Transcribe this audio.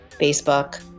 Facebook